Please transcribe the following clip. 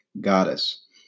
Goddess